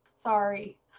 sorry